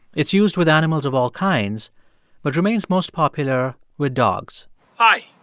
it's used with animals of all kinds but remains most popular with dogs hi,